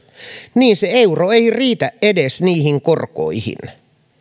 niin se euro ei riitä edes niihin korkoihin